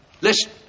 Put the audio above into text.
Listen